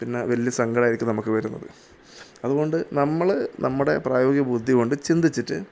പിന്നെ വലിയ സങ്കടമായിരിക്കും നമുക്ക് വരുന്നത് അതുകൊണ്ട് നമ്മൾ നമ്മുടെ പ്രായോഗിക ബുദ്ധി കൊണ്ട് ചിന്തിച്ചിട്ട്